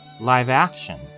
live-action